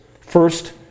First